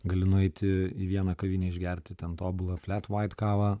gali nueiti į vieną kavinę išgerti ten tobulą flet vait kavą